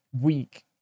week